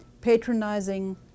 patronizing